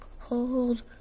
Cold